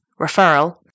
referral